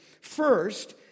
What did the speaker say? First